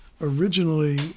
originally